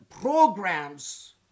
programs